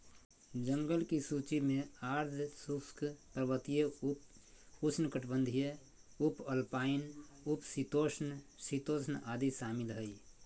जंगल की सूची में आर्द्र शुष्क, पर्वतीय, उप उष्णकटिबंधीय, उपअल्पाइन, उप शीतोष्ण, शीतोष्ण आदि शामिल हइ